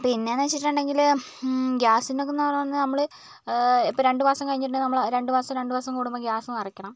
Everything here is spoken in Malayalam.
പിന്നെ എന്ന് വെച്ചിട്ടുണ്ടെങ്കിൽ ഗൃാസില് നമ്മൾ രണ്ട് മാസം കഴിഞ്ഞിട്ടുണ്ടെങ്കില് രണ്ട് മാസം രണ്ടു മാസം കൂടുമ്പോള് ഗൃാസ് നിറയ്ക്കണം